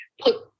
put